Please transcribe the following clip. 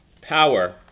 power